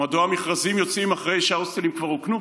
מדוע המכרזים יוצאים אחרי שההוסטלים כבר רוקנו?